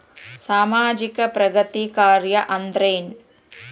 ಸಾಮಾಜಿಕ ಪ್ರಗತಿ ಕಾರ್ಯಾ ಅಂದ್ರೇನು?